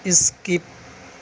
skip